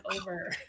over